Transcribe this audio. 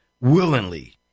willingly